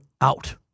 out